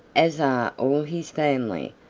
as are all his family,